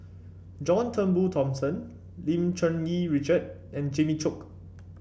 John Turnbull Thomson Lim Cherng Yih Richard and Jimmy Chok